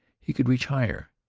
he could reach higher,